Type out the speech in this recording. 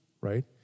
right